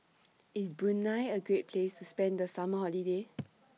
IS Brunei A Great Place to spend The Summer Holiday